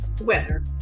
weather